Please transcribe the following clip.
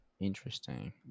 Interesting